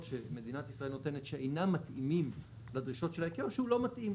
שמדינת ישראל נותנת שאינם מתאימים לדרישות של ה- ICAOשהוא לא מתאים.